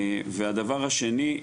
והדבר השני,